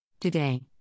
Today